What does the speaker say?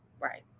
Right